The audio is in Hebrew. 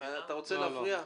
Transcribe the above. --- אתה רוצה להפריע?